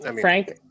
Frank